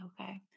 Okay